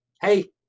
Hey